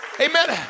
Amen